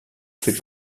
fait